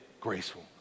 graceful